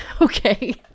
okay